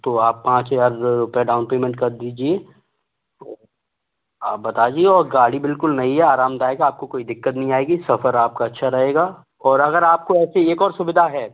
तो आप पाँच हज़ार रुपये डाउन पेमेंट कर दीजिए आप बताइए और गाड़ी बिल्कुल नई है आरामदायक है आपको कोई दिक़्क़त नहीं आएगी सफ़र आपका अच्छा रहेगा और अगर आपको ऐसी एक और सुविधा है